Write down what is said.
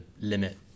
limit